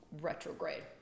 retrograde